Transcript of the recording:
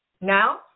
Now